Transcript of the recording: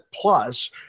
plus